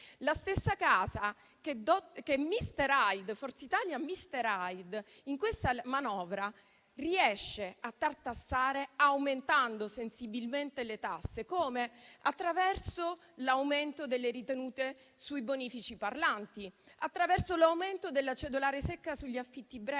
la stessa casa che Forza Italia-mister Hyde in questa manovra riesce a tartassare aumentando sensibilmente le tasse. Come? Attraverso l'aumento delle ritenute sui bonifici parlanti; attraverso l'aumento della cedolare secca sugli affitti brevi;